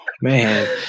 man